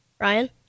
Ryan